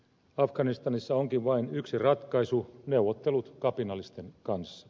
afganistanissa onkin vain yksi ratkaisu neuvottelut kapinallisten kanssa